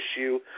issue